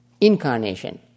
incarnation